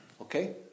Okay